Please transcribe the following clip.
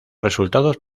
resultados